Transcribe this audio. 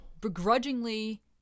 begrudgingly